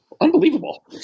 unbelievable